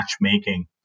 matchmaking